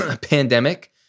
pandemic